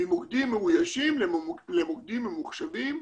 ממוקדים מאויישים למוקדים ממוחשבים,